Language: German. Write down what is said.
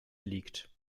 liegt